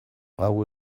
hau